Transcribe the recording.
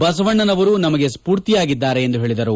ಬಸವಣ್ಣನವರು ನಮಗೆ ಸ್ಫೂರ್ತಿಯಾಗಿದ್ದಾರೆ ಎಂದು ಹೇಳಿದರು